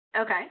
Okay